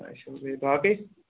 اَچھا بیٚیہِ باقٕے